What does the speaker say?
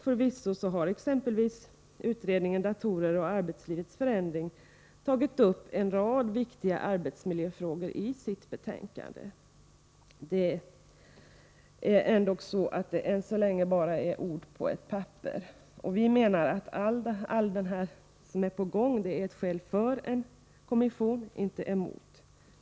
Förvisso har exempelvis utredningen Datorer och arbetslivets förändring tagit upp en rad viktiga arbetsmiljöfrågor i sitt betänkande. Men ännu så länge är detta bara ord på ett papper. Vi menar att allt som är på gång är ett skäl för en kommission, inte emot.